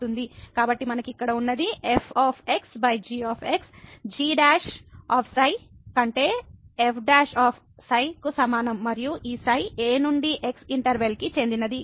కాబట్టి మనకు ఇక్కడ ఉన్నది f g g ξ కంటే f ξ కు సమానం మరియు ఈ ξ a నుండి x ఇంటర్వెల్ కి చెందినది